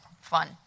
fun